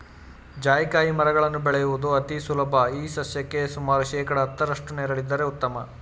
ಜಾಯಿಕಾಯಿ ಮರಗಳನ್ನು ಬೆಳೆಯುವುದು ಅತಿ ಸುಲಭ ಈ ಸಸ್ಯಕ್ಕೆ ಸುಮಾರು ಶೇಕಡಾ ಹತ್ತರಷ್ಟು ನೆರಳಿದ್ದರೆ ಉತ್ತಮ